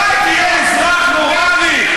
מתי תהיה אזרח נורמלי?